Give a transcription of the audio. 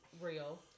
real